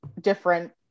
different